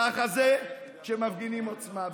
ככה זה כשמפגינים עוצמה.